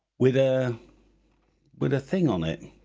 with a with a thing on it